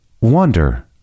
wonder